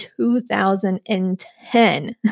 2010